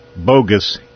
bogus